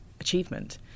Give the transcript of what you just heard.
achievement